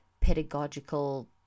pedagogical